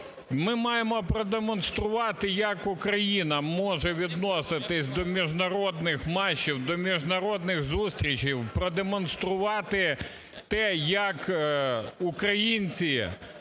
ми маємо продемонструвати, як Україна може відноситись до міжнародних матчів, до міжнародних зустрічей, продемонструвати те, як українці